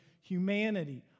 humanity